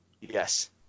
Yes